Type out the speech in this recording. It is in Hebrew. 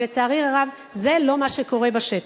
ולצערי הרב זה לא מה שקורה בשטח.